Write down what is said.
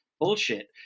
Bullshit